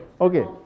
okay